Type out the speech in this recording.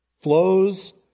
flows